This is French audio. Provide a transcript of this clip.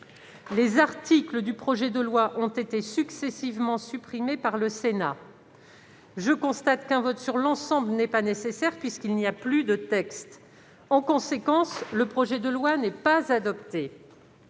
des comptes de l'année 2020 ayant été successivement rejetés par le Sénat, je constate qu'un vote sur l'ensemble n'est pas nécessaire, puisqu'il n'y a plus de texte. En conséquence, le projet de loi n'est pas adopté.